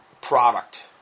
product